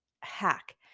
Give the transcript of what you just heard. hack